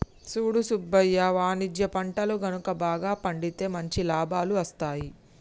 సూడు సుబ్బయ్య వాణిజ్య పంటలు గనుక బాగా పండితే మంచి లాభాలు అస్తాయి